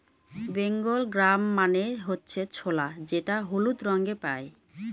Bengal gram মানে হচ্ছে ছোলা যেটা হলুদ রঙে পাই